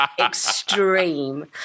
extreme